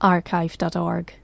Archive.org